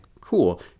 cool